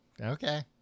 Okay